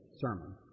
sermon